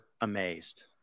amazed